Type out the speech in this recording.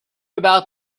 about